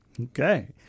Okay